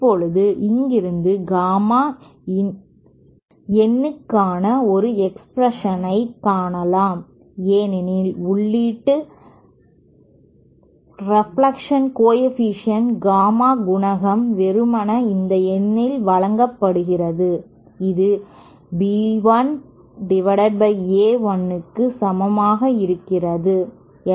இப்போது இங்கிருந்து காமா இன்னனுக்கான ஒரு எக்ஸ்பிரஷனைக் காணலாம் ஏனெனில் உள்ளீட்டு ரெப்லக்ஷன் கோஎஃபீஷியேன்ட் காமா குணகம் வெறுமனே இந்த இன்னால் வழங்கப்படுகிறது இது B 1 A 1 க்கு சமமாக இருக்கிறது